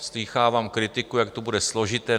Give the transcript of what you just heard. Slýchávám kritiku, jak to bude složité.